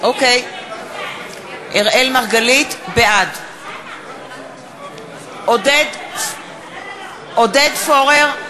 עודד פורר,